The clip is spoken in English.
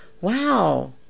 Wow